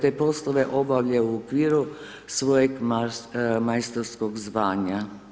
Te poslove obavlja u okviru svojeg majstorskog zvanja.